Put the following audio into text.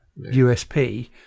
USP